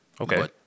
Okay